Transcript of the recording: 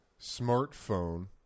smartphone